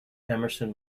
emerson